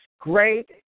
great